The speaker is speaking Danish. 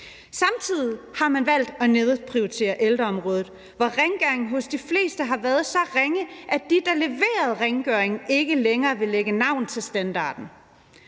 Samtidig har man valgt at nedprioritere ældreområdet, og rengøringen hos de fleste har været så ringe, at de, der leverede rengøringen, ikke længere vil lægge navn til standarden.